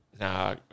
Nah